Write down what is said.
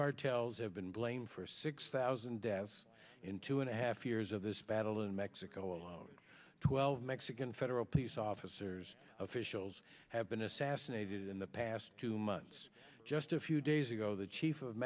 cartels have been blamed for six thousand deaths in two and a half years of this battle in mexico twelve mexican federal police officers officials have been assassinated in the past two months just a few days ago the chief of